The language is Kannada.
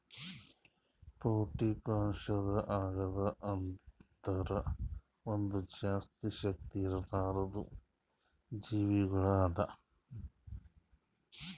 ಪೌಷ್ಠಿಕಾಂಶದ್ ಅಗರ್ ಅಂದುರ್ ಒಂದ್ ಜಾಸ್ತಿ ಶಕ್ತಿ ಇರ್ಲಾರ್ದು ಜೀವಿಗೊಳ್ ಅದಾ